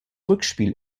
rückspiel